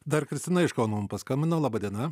dar kristina iš kauno mum paskambino laba diena